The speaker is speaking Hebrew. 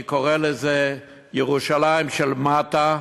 אני קורא לזה "ירושלים של מטה",